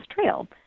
trail